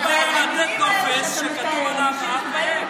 מה הבעיה לתת טופס שכתוב עליו אב ואם?